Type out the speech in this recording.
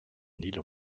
nylon